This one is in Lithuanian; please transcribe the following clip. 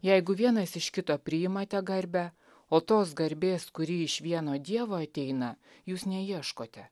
jeigu vienas iš kito priimate garbę o tos garbės kuri iš vieno dievo ateina jūs neieškote